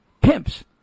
pimps